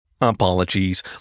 Apologies